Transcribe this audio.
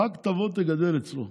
רק תבוא ותגדל אצלו.